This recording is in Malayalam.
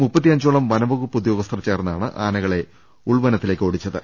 മുപ്പത്തഞ്ചോളം വനംവകുപ്പ് ഉദ്യോഗസ്ഥർ ചേർന്നാണ് ആനകളെ ഉൾവനത്തിലേക്ക് ഓടിച്ചത്